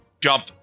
jump